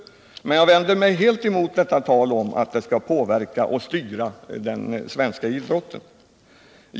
Men jag vänder mig helt emot talet om att de påverkar och styr den svenska idrotten.